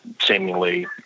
seemingly